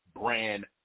brand